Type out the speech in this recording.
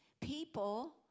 people